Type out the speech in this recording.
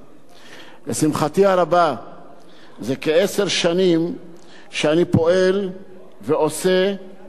זה כעשר שנים שאני פועל ועושה לקידום הצעת החוק לשירותי הכבאות,